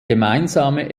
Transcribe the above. gemeinsame